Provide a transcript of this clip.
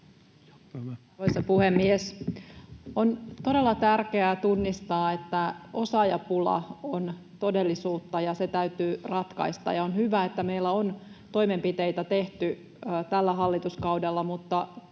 On todella tärkeää tunnistaa, että osaajapula on todellisuutta, ja se täytyy ratkaista. Ja on hyvä, että meillä on toimenpiteitä tehty tällä hallituskaudella, mutta